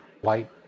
white